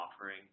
offering